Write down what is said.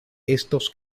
estos